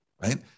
right